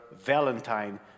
valentine